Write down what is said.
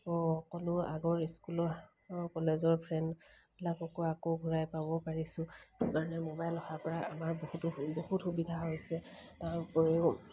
সকলো আগৰ স্কুলৰ কলেজৰ ফ্ৰেণ্ডবিলাককো আকৌ ঘূৰাই পাব পাৰিছোঁ সেই কাৰণে মোবাইল অহাৰ পৰা আমাৰ বহুতো বহুত সুবিধা হৈছে তাৰ উপৰিও